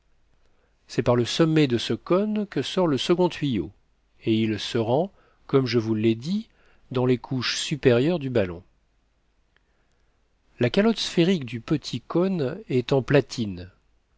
c'est par le sommet de ce cône que sort le second tuyau et il se rend comme je vous l'ai dit dans les couches supérieures du ballon la calotte sphérique du petit cône est en platine